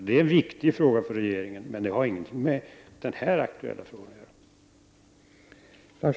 Det är en viktig fråga för regeringen, men den har ingenting med den aktuella frågan att göra.